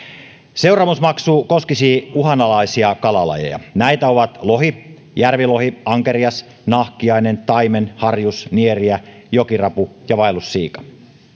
seuraamusmaksu koskisi uhanalaisia kalalajeja näitä ovat lohi järvilohi ankerias nahkiainen taimen harjus nieriä jokirapu ja vaellussiika